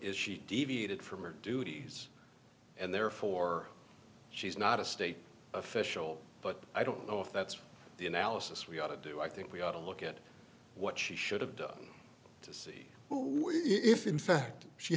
is she deviated from her duties and therefore she's not a state official but i don't know if that's the analysis we ought to do i think we ought to look at what she should have done to see if in fact she